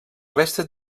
restes